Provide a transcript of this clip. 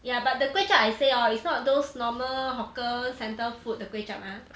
ya but the kway chap I say hor it's not those normal hawker centre food the kway chap ah